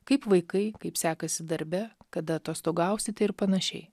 kaip vaikai kaip sekasi darbe kada atostogausite ir panašiai